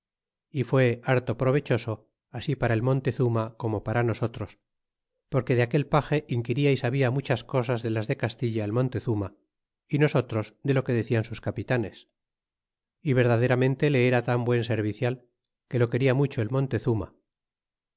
y fué harto provechoso así para el montezuma como para nosotros porque de aquel page inquiria y sabia muchas cosas de las de castilla el montezuma y nosotros de o que decian sus capitanes y verdaderamente le era tan buen servicial que lo quena mucho el montezuma